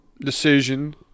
decision